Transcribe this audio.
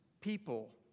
people